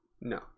no